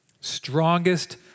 Strongest